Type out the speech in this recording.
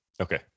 Okay